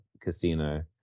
casino